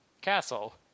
Castle